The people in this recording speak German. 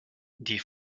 die